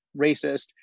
racist